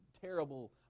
terrible